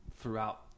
throughout